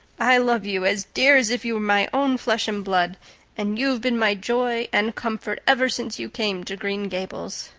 i love you as dear as if you were my own flesh and blood and you've been my joy and comfort ever since you came to green gables.